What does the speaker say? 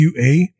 QA